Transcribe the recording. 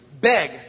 beg